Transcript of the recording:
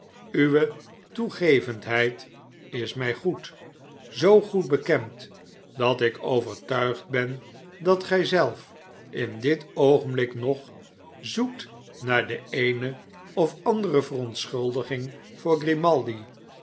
uwe toegevendheid is mij goed zoo goed bekend dat ik overtuigd ben dat gij zelf in dit oogenblik nog zoekt naar de eene of andere verontschuldiging voor